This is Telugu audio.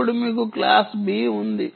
ఇప్పుడు మీకు క్లాస్ బి ఉంది